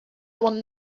one